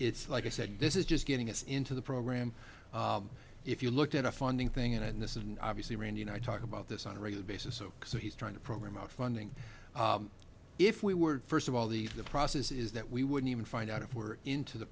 it's like i said this is just getting us into the program if you looked at a funding thing in this and obviously randy and i talk about this on a regular basis ok so he's trying to program out funding if we were first of all the the process is that we would even find out if we're into the